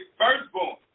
firstborn